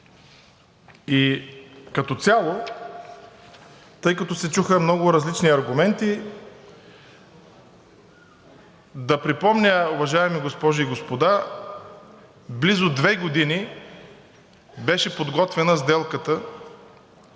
Като цяло, тъй като се чуха много различни аргументи, да припомня, уважаеми госпожи и господа, близо две години беше подготвяна сделката по